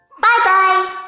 Bye-bye